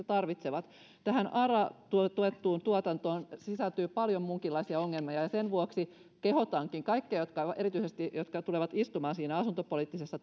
tarvitsevat tähän ara tuettuun tuotantoon sisältyy paljon muunkinlaisia ongelmia ja sen vuoksi kehotankin kaikkia erityisesti niitä jotka tulevat istumaan siinä asuntopoliittisessa